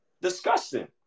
Disgusting